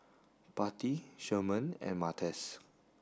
Patti Sherman and Martez